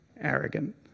arrogant